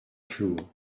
flour